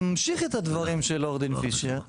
אני ממשיך את הדברים של עורך דין פישר,